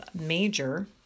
Major